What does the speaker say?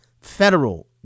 federal